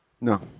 No